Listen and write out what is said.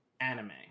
anime